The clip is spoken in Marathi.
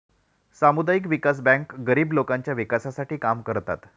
सामुदायिक विकास बँका गरीब लोकांच्या विकासासाठी काम करतात